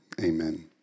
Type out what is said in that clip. Amen